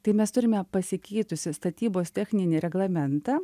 tai mes turime pasikeitusį statybos techninį reglamentą